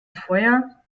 feuer